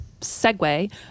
segue